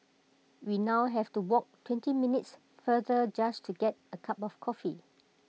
we now have to walk twenty minutes farther just to get A cup of coffee